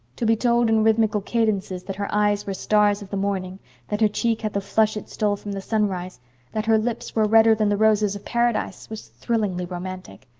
to be told in rhythmical cadences that her eyes were stars of the morning that her cheek had the flush it stole from the sunrise that her lips were redder than the roses of paradise, was thrillingly romantic.